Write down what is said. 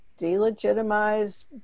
delegitimize